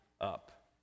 up